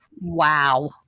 Wow